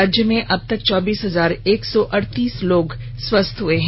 राज्य में अब तक चौबीस हजार एक सौ अड़तीस लोग स्वस्थ हो चुके हैं